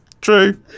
True